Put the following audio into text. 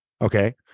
okay